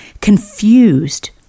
confused